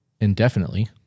indefinitely